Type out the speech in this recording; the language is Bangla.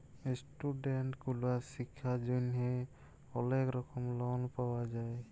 ইস্টুডেন্ট গুলার শিক্ষার জন্হে অলেক রকম লন পাওয়া যায়